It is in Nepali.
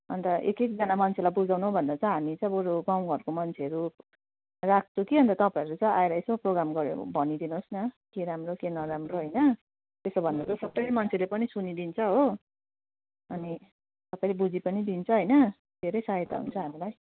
अनि त एक एकजाना मान्छेलाई बुझाउनुभन्दा चाहिँ हामी चाहिँ बरु गाउँघरको मान्छेहरू राख्छु कि अनि त तपाईँहरू चाहिँ आएर यसो प्रोगाम गरेर भनिदिनुहोस् न के राम्रो के नराम्रो हैन त्यसो भन्यो चाहिँ सबैले मान्छेले पनि सुनिदिन्छ हो अनि सबैले बुझी पनि दिन्छ हैन धेरै सहायता हुन्छ हामीलाई